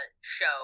show